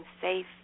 safe